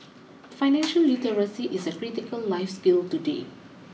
financial literacy is a critical life skill today